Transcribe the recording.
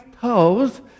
toes